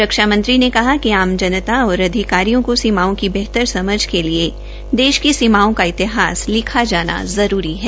रक्षा मंत्री ने कहा कि आम जनता और अधिकारियों को सीमाओं की बेहतर समझ के लिए देश की सीमाओं का इतिहास लिखा जाना जरूरी है